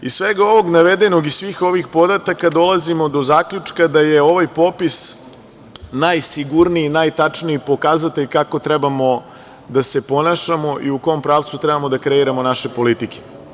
Iz svega ovoga navedenog i iz svih ovih podataka dolazimo do zaključka da je ovaj popis najsigurniji i najtačniji pokazatelj kako treba da se ponašamo i u kom pravcu treba da kreiramo naše politike.